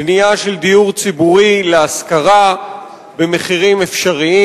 בנייה של דיור ציבורי להשכרה במחירים אפשריים.